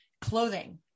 clothing